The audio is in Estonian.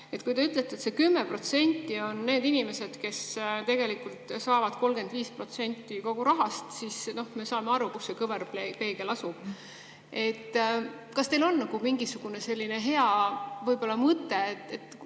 Kui te ütlete, et see 10% on need inimesed, kes tegelikult saavad 35% kogu rahast, siis, noh, me saame aru, kus see kõverpeegel asub. Kas teil on mingisugune selline hea mõte,